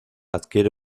adquiere